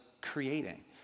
creating